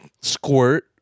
squirt